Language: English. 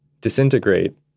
disintegrate